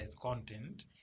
content